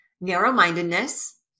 narrow-mindedness